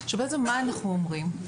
שבעצם מה אנחנו אומרים?